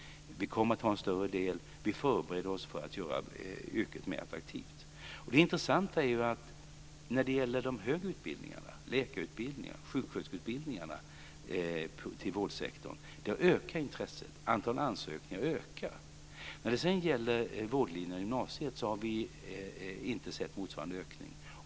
Vi kommer att ha en större del, och vi förbereder oss för att göra yrket mer attraktivt. Det intressanta är att intresset ökar för de högre utbildningarna - läkar och sjuksköterskeutbildningarna - inom vårdsektorn. Antalet ansökningar ökar. Men när det gäller vårdlinjerna i gymnasiet har vi inte sett motsvarande ökning.